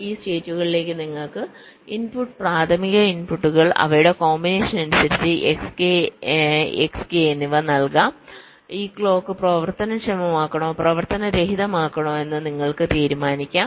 ഈ സ്റ്റേറ്റുകളിലേക് നിങ്ങൾക്ക് ഇൻപുട്ടുകൾ പ്രാഥമിക ഇൻപുട്ടുകൾ അവയുടെ കോമ്പിനേഷൻ അനുസരിച്ച് Xk Xk എന്നിവ നൽകാം ക്ലോക്ക് പ്രവർത്തനക്ഷമമാക്കണോ പ്രവർത്തനരഹിതമാക്കണോ എന്ന് നിങ്ങൾക്ക് തീരുമാനിക്കാം